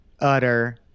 Utter